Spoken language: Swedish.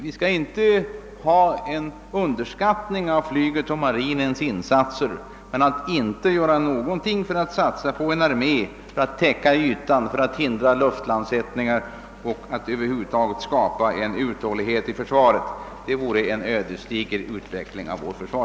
Vi skall inte underskatta de insatser flyget och marinen kan göra, men att inte satsa någonting på en armé som kan täcka ytan, hindra luftlandsättningar och över huvud taget skapa uthållighet i försvaret vore ödesdigert för vårt försvar.